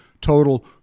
total